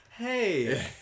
Hey